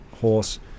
horse